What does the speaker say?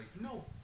No